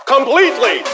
Completely